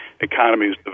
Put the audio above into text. economies